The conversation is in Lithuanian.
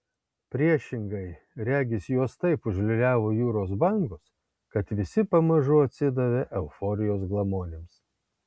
priešingai regis juos taip užliūliavo jūros bangos kad visi pamažu atsidavė euforijos glamonėms